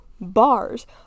bars